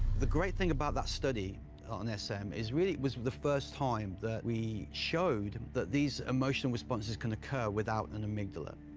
the great thing about that study on sm um is really it was the first time that we showed that these emotional responses can occur without an amygdala.